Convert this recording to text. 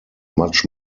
much